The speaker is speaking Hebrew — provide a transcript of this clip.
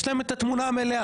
יש להם את התמונה המלאה,